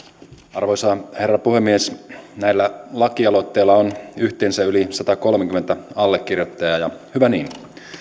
arvoisa herra puhemies näillä lakialoitteilla on yhteensä yli satakolmekymmentä allekirjoittajaa ja hyvä niin